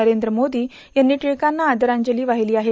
नरेंद्र मोरी यांनी टिळकांना आदरांजली वाहिली आहे